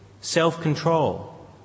self-control